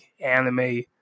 anime